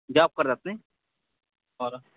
job करत नाही बरं